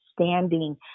standing